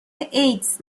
ایدز